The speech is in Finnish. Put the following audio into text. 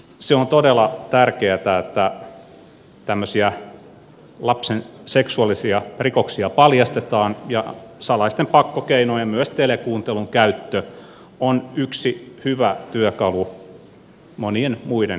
se on todella tärkeätä että tämmöisiä lapseen kohdistuvia seksuaalisia rikoksia paljastetaan ja salaisten pakkokeinojen myös telekuuntelun käyttö on yksi hyvä työkalu monien muiden joukossa